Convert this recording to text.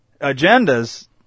agendas